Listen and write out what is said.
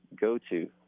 go-to